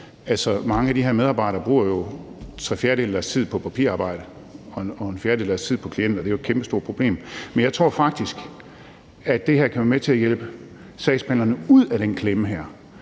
Mange af de her medarbejdere bruger jo tre fjerdedele af deres tid på papirarbejde og en fjerdedel af deres tid på klienter, og det er jo et kæmpestort problem. Men jeg tror faktisk, at det her kan være med til at hjælpe sagsbehandlerne ud af den klemme her,